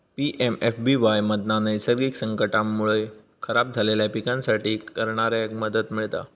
PMFBY मधना नैसर्गिक संकटांमुळे खराब झालेल्या पिकांसाठी करणाऱ्याक मदत मिळता